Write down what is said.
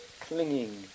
clinging